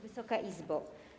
Wysoka Izbo!